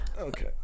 okay